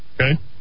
okay